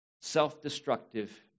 self-destructive